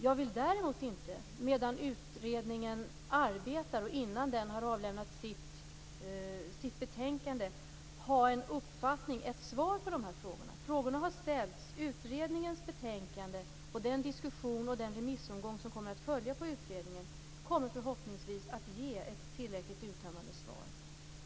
Jag vill däremot inte medan utredningen arbetar och innan den har avlämnat sitt betänkande ha en uppfattning och ett svar på dessa frågor. Frågorna har ställts. Utredningens betänkande, den diskussion och den remissomgång som kommer att följa på utredningen kommer förhoppningsvis att ge ett tillräckligt uttömmande svar.